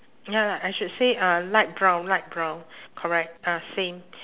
ya lah I should say uh light brown light brown correct ah same